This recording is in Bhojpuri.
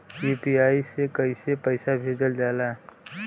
यू.पी.आई से कइसे पैसा भेजल जाला?